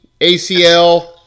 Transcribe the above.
ACL